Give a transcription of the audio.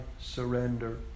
surrender